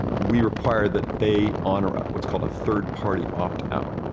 we require that they honor ah what's called a third-party opt-out.